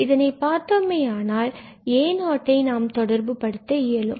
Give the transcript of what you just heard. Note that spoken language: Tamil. இதனை பார்த்தோமேயானால் a0 ஐ நாம் தொடர்புபடுத்த இயலும்